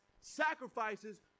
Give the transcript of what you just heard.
sacrifices